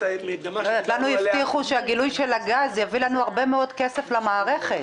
לנו הבטיחו שהגילוי של הגז יביא לנו הרבה מאוד כסף למערכת.